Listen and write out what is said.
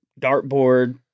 dartboard